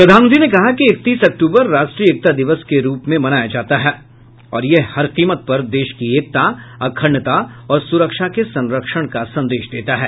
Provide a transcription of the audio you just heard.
प्रधानमंत्री ने कहा कि इकतीस अक्टूबर राष्ट्रीय एकता दिवस के रूप में मनाया जाता रहा है और यह हर कीमत पर देश की एकता अखंडता और सुरक्षा के संरक्षण का संदेश देता है